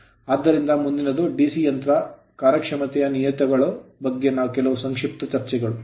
ಆದ್ದರಿಂದ ಮುಂದಿನದು DC ಯಂತ್ರ ಕಾರ್ಯಕ್ಷಮತೆನಿಯತಗಳ ಬಗ್ಗೆ ಕೆಲವು ಸಂಕ್ಷಿಪ್ತ ಚರ್ಚೆಗಳು